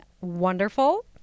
wonderful